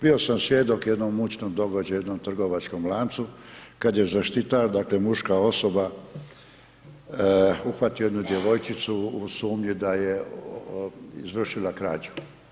Bio sam svjedok jednom mučnom događaju, jednom trgovačkom lancu kad je zaštitar dakle muška osoba uhvatio jednu djevojčicu u sumnju da je izvršila krađu.